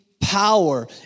power